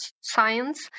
science